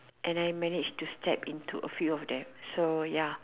and I manage to step into a few of them so ya